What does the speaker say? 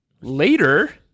later